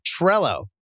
Trello